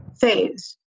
phase